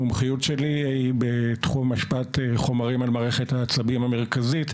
המומחיות שלי היא בתחום השפעת חומרים על מערכת העצבים המרכזית,